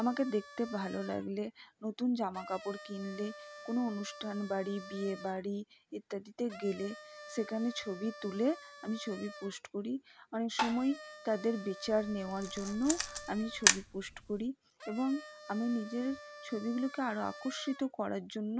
আমাকে দেখতে ভালো লাগলে নতুন জামা কাপড় কিনলে কোনো অনুষ্ঠান বাড়ি বিয়ে বাড়ি ইত্যাদিতে গেলে সেখানে ছবি তুলে আমি ছবি পোস্ট করি অনেক সময় তাদের বিচার নেওয়ার জন্যও আমি ছবি পোস্ট করি এবং আমি নিজের ছবিগুলোকে আরও আকর্ষিত করার জন্য